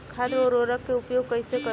खाद व उर्वरक के उपयोग कइसे करी?